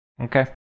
Okay